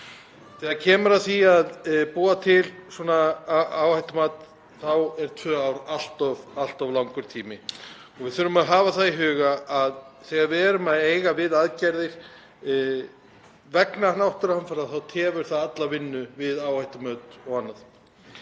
Þegar kemur að því að búa til svona áhættumat þá eru tvö ár allt of langur tími og við þurfum að hafa það í huga að þegar við erum að eiga við aðgerðir vegna náttúruhamfara tefur það alla vinnu við áhættumat og annað.